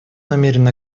намерен